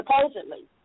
Supposedly